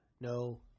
No